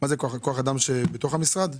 כוח אדם בתוך המשרד?